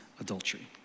adultery